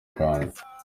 rwanda